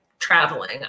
traveling